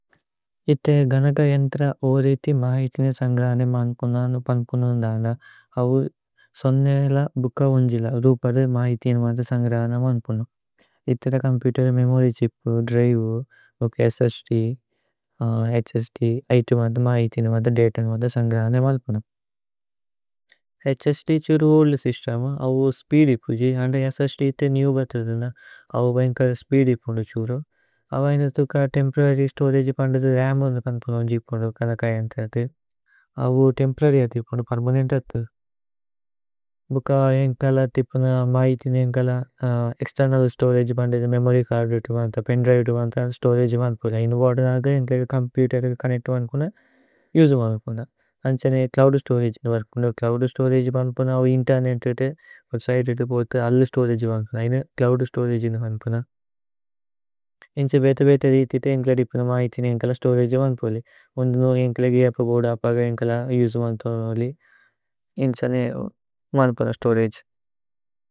ഇഥേ ഗനക യന്ത്ര ഓ രേഥി മായിഥിന സന്ഗ്രാനമ് ആന്പുനനു പന്പുനന് ദാല അവു। സോന്നേ ല ബുക വുന്ജില രുപദു മായിഥിന। മധ സന്ഗ്രാന മാന്പുനനു ഇഥേ ദ ചോമ്പുതേര്। മേമോരി ഛിപ്, ദ്രിവേ, ഓക് സ്സ്ദ്, ഹ്സ്ദ്, ഇതു മധ। മായിഥിന മധ ദത മധ സന്ഗ്രാന। മാന്പുനനു ഹ്സ്ദ് ഛുരു ഓല്ദ് സ്യ്സ്തേമു അവു സ്പീദി। പുജി അന്ദ സ്സ്ദ് ഇഥേ നേവ് ബത്രുദന അവു ബന്കര। സ്പീദി പുന്ദു ഛുരു അവൈനു ഥുക തേമ്പോരര്യ്। സ്തോരഗേ പന്ദിഥു രമു ന പന്പുനനു ജിപുന്ദു। ഗനക യന്ത്ര അഥു അവു തേമ്പോരര്യ് അഥു ജിപുന്ദു। പേര്മനേന്ത് അഥു ഭുക ഏന്കല തിപുന മായിഥിന। ഏന്കല ഏക്സ്തേര്നല് സ്തോരഗേ പന്ദിഥു മേമോരി ചര്ദു। ഇതു മാന്ഥ പേന്ദ്രിവേ ഇതു മാന്ഥ സ്തോരഗേ। മാന്പുനനു ഇനു ബോദു നാഗ ഏന്കല ചോമ്പുതേര്। ചോന്നേച്തു മാന്പുനനു യുജു മാന്പുനനു അന്ഛാനേ। ച്ലോഉദ് സ്തോരഗേ ന വര്പുനു ഛ്ലോഉദ് സ്തോരഗേ। മാന്പുനനു അവു ഇന്തേര്നേതേതേ വേബ്സിതേ ഇതു ബൂഥു। അല്ലു സ്തോരഗേ മാന്പുനനു ഐന ച്ലോഉദ് സ്തോരഗേ। ന വന്പുനനു അന്ഛ ബേത ബേത ഇതിതേ ഏന്കല। തിപുന മായിഥിന ഏന്കല സ്തോരഗേ മാന്പുനനു। ഉന്ദുനു ഏന്കല ഗേഅര്ബോഅര്ദ് അപഗ ഏന്കല യുജു। മാന്പുനനു അല്ലു അന്ഛാനേ മാന്പുന സ്തോരഗേ।